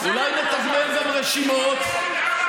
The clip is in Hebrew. אולי נתגמל גם רשימות